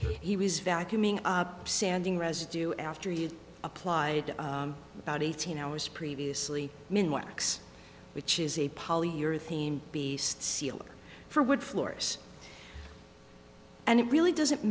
he was vacuuming up sanding residue after you applied about eighteen hours previously mean works which is a polyurethane be sealed for wood floors and it really doesn't